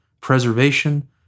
preservation